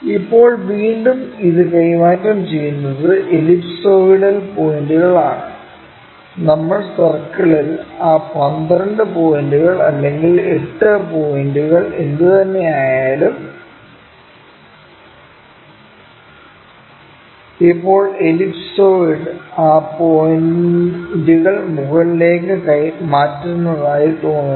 ഇപ്പോൾ വീണ്ടും ഇത് കൈമാറ്റം ചെയ്യുന്നത് എലിപ്സോയിഡൽ പോയിന്റുകളാണ് നമ്മൾ സർക്കിളിൽ ആ 12 പോയിന്റുകൾ അല്ലെങ്കിൽ 8 പോയിന്റുകൾ എന്തുതന്നെയായാലും ഇപ്പോൾ എലിപ്സോയിഡ് ഈ പോയിന്റുകൾ മുകളിലേക്ക് മാറ്റുന്നതായി തോന്നുന്നു